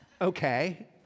okay